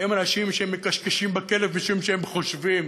הם אנשים שמכשכשים בכלב, משום שהם חושבים